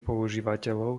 používateľov